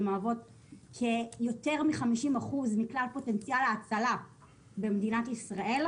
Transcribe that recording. שמהוות יותר מ-50% מכלל פוטנציאל ההצלה במדינת ישראל,